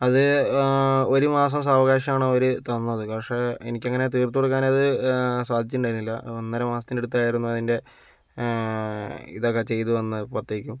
അത് ഒരുമാസം സാവകാശമാണ് അവര് തന്നത് പക്ഷേ എനിക്കങ്ങനെ തീർത്തുകൊടുക്കാൻ അത് സാധിച്ചിട്ടുണ്ടായിരുന്നില്ല ഒന്നരമാസത്തിനടുത്തായിരുന്നു അതിൻ്റെ ഇതൊക്കെ ചെയ്തുവന്നപ്പോഴത്തേക്കും